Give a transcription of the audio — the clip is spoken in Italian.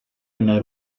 una